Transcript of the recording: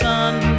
Sun